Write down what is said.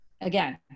again